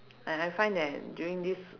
I I find that during this